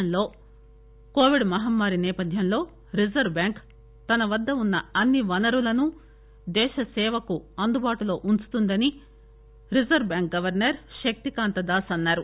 దేశంలో కోవిడ్ మహమ్మారి నేపథ్యంలో రిజర్వు బ్యాంకు తన వద్ద ఉన్న అన్ని వనరులను దేశ సేవకు అందుబాటులో ఉంచుతుందని reserve bank governor Shaktikanta Das అన్నారు